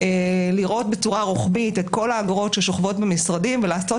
לראות בצורה רוחבית את כל האגרות ששוכבות במשרדים ולעשות